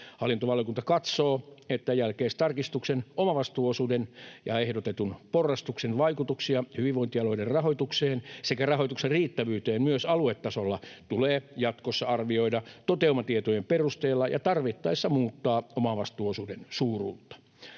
Hallintovaliokunta katsoo, että jälkikäteistarkistuksen omavastuuosuuden ja ehdotetun porrastuksen vaikutuksia hyvinvointialueiden rahoitukseen sekä rahoituksen riittävyyteen myös aluetasolla tulee jatkossa arvioida toteumatietojen perusteella ja tarvittaessa muuttaa omavastuuosuuden suuruutta.